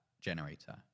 generator